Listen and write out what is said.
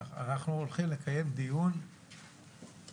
אנחנו הולכים לקיים דיון מסודר,